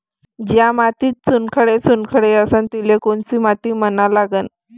ज्या मातीत चुनखडे चुनखडे असन तिले कोनची माती म्हना लागन?